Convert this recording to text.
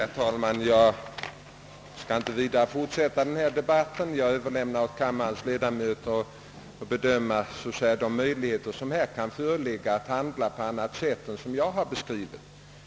Herr talman! Jag skall inte vidare fortsätta denna debatt utan jag överlämnar åt kammarens ledamöter att bedöma de möjligheter som kan föreligga att handla på annat sätt än som jag har beskrivit.